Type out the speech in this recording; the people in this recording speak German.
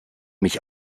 mich